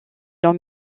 longs